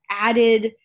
added